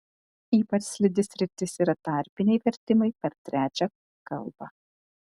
ypač slidi sritis yra tarpiniai vertimai per trečią kalbą